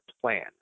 plan